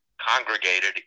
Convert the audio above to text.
congregated